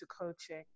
coaching